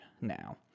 now